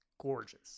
gorgeous